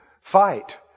fight